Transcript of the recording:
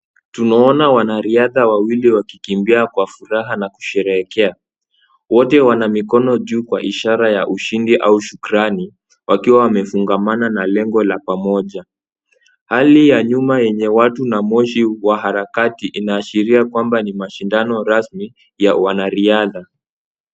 Tunaona wanariadha wawili wakikimbia kwa furaha na kusherehekea. Wote wana mikono juu kwa ishara ya ushindi au shukrani wakiwa wamefungamana na lengo la pamoja. Hali ya nyuma yenye watu na moshi wa harakati inaashiria kwamba ni mashindano rasmi ya wanariadha.